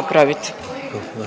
vam